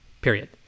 period